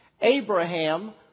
Abraham